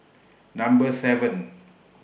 Number seven